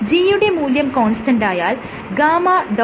G യുടെ മൂല്യം കോൺസ്റ്റന്റായാൽ γ